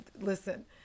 listen